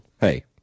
hey